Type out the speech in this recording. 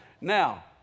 now